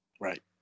Right